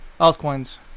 altcoins